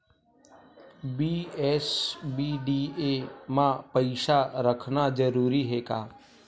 BSBDA मा पईसा रखना जरूरी हे का?